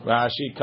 Rashi